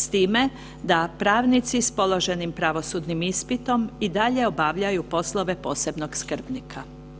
S time, da pravnici s položenim pravosudnim ispitom i dalje obavljaju poslove posebnog skrbnika.